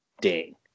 ding